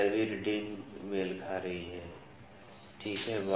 १५वीं reading मेल कर रही है ठीक है